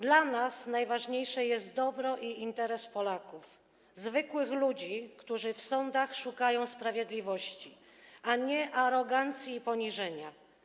Dla nas najważniejsze są dobro i interes Polaków, zwykłych ludzi, którzy w sądach szukają sprawiedliwości, a nie arogancji i poniżenia.